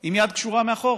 עם יד קשורה מאחור.